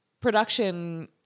production